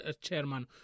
chairman